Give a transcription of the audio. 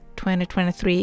2023